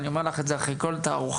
ואני אומר לך את זה אחרי כל תערוכה,